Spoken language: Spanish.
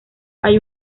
hay